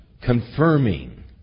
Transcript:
Confirming